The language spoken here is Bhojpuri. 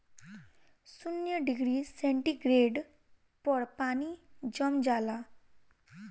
शून्य डिग्री सेंटीग्रेड पर पानी जम जाला